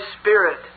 Spirit